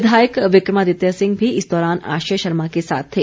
विधायक विक्रमादित्य सिंह भी इस दौरान आश्रय शर्मा के साथ थे